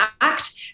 Act